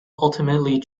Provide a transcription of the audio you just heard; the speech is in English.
ultimately